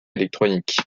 électronique